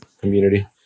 community